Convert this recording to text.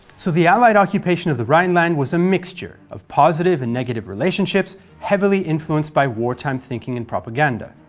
so the allied occupation of the rhineland was mixture of positive and negative relationships heavily influenced by wartime thinking and propaganda.